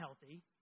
healthy